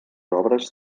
obres